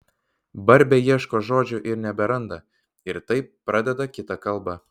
barbė ieško žodžių ir neberanda ir taip pradeda kitą kalbą